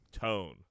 tone